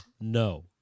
no